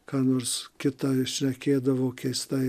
ką nors kita ir šnekėdavo keistai